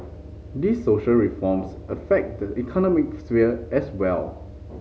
these social reforms affect the economic sphere as well